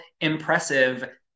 impressive